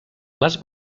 les